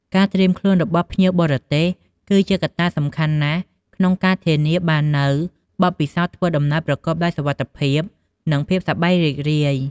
ការត្រៀមខ្លួនរបស់ភ្ញៀវទេសចរ គឺជាកត្តាសំខាន់ណាស់ក្នុងការធានាបាននូវបទពិសោធន៍ធ្វើដំណើរប្រកបដោយសុវត្ថិភាព និងភាពសប្បាយរីករាយ។